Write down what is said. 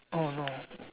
oh no